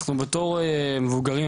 אנחנו בתור מבוגרים,